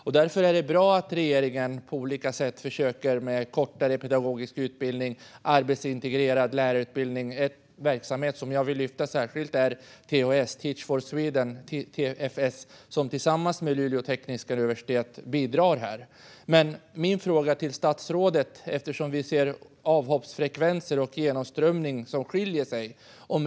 Det är därför bra att regeringen försöker arbeta med det på olika sätt, till exempel med kortare pedagogisk utbildning och arbetsintegrerad lärarutbildning. En verksamhet som jag särskilt vill lyfta fram är TFS, Teach for Sweden, som bidrar tillsammans med Luleå tekniska universitet. Jag har en fråga till statsrådet med anledning av att vi ser att avhoppsfrekvenser och genomströmning skiljer sig åt.